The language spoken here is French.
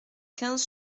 quinze